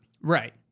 right